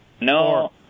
No